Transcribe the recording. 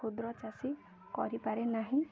କ୍ଷୁଦ୍ର ଚାଷୀ କରିପାରେ ନାହିଁ